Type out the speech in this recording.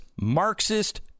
Marxist